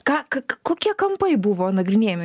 ką k k kokie kampai buvo nagrinėjami